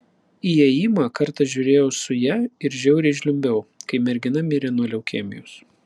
įėjimą kartą žiūrėjau su ja ir žiauriai žliumbiau kai mergina mirė nuo leukemijos